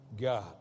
God